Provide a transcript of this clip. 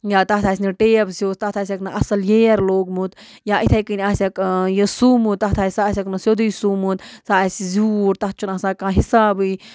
یا تَتھ آسہِ نہٕ ٹیب سیوٗ تَتھ آسہِ نہٕ اَصٕل ییر لوگمُت یا اِتھَے کٔنۍ آسٮ۪کھ یہِ سومُت تَتھ آسہِ سَہ آسٮ۪کھ نہٕ سیٚودُے سومُت سُہ آسہِ زیوٗٹھ تَتھ چھُنہٕ آسان کانٛہہ حِسابٕے